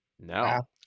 No